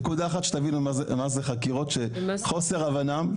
נקודה אחת שתבינו מה זה חקירות שחוסר הבנה,